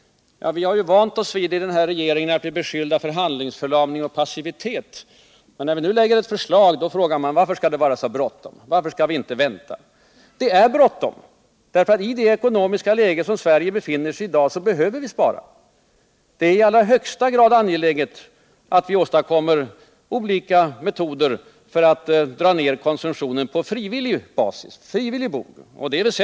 Vi har ju vant oss vid i den här regeringen att bli beskyllda för handlingsförlamning och passivitet, men när vi nu lägger ett förslag frågar man varför det skall vara så bråttom. Varför skall vi inte vänta? Det är bråttom! I det ekonomiska läge Sverige befinner sig i i dag behöver vi spara. Det är i allra högsta grad angeläget att vi åstadkommer olika metoder för att dra ner konsumtionen på frivillig bog.